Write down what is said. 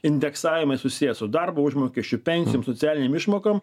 indeksavimai susiję su darbo užmokesčiu pensijom socialinėm išmokom